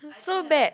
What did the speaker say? so bad